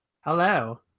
Hello